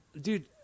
dude